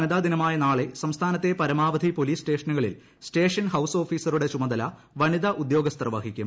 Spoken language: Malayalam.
വനിതാദിനത്തിൽ സംസ്ഥാനത്തെ പരമാവധി പോലീസ് സ്റ്റേഷനുകളിൽ സ്റ്റേഷൻ ഹൌസ് ഓഫീസറുടെ ചുമതല വനിതാ ഉദ്യോഗസ്ഥർ വഹിക്കും